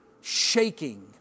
shaking